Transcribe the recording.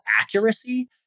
accuracy